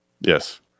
Yes